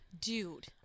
dude